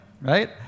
right